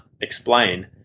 explain